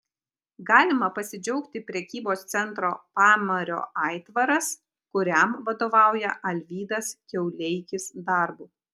galima pasidžiaugti prekybos centro pamario aitvaras kuriam vadovauja alvydas kiauleikis darbu